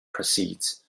proceeds